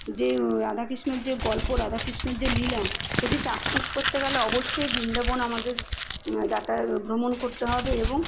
যে রাধাকৃষ্ণর যে গল্প রাধাকৃষ্ণর যে লীলা সেটি চাক্ষুষ করতে গেলে অবশ্যই বৃন্দাবন আমাদের যাতায়াত ভ্রমণ করতে হবে এবং